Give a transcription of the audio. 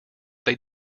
they